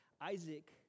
Isaac